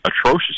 atrocious